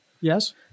Yes